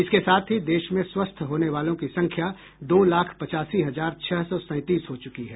इसके साथ ही देश में स्वस्थ होने वालों की संख्या दो लाख पचासी हजार छह सौ सैंतीस हो चुकी है